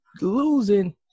losing